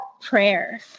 prayer